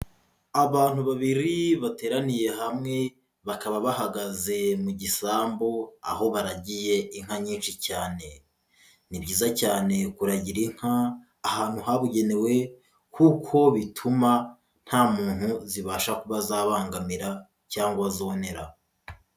Abantu babiri bateraniye hamwe bakaba bahagaze mu gisambu aho baragiye inka nyinshi cyane, ni byiza cyane kuragira inka ahantu habugenewe kuko bituma nta muntu zibasha kuba zabangamira cyangwa zonera.